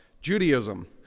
Judaism